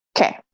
Okay